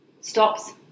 stops